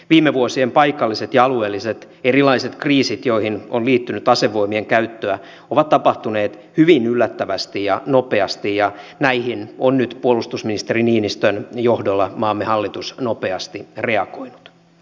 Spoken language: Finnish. viime vuosien erilaiset paikalliset ja alueelliset kriisit joihin on liittynyt asevoimien käyttöä ovat tapahtuneet hyvin yllättävästi ja nopeasti ja näihin on nyt puolustusministeri niinistön johdolla maamme hallitus nopeasti reagoinut